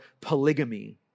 polygamy